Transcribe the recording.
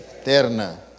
Eterna